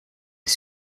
est